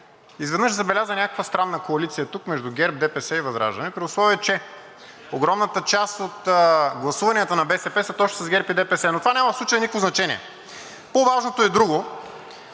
изведнъж забеляза някаква странна коалиция тук между ГЕРБ, ДПС и ВЪЗРАЖДАНЕ, при условие че огромната част от гласуванията на БСП са точно с ГЕРБ и ДПС. Но в случая това няма никакво значение. По-важното е друго.